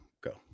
go